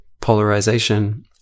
polarization